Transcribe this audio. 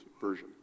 Version